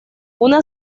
una